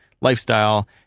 lifestyle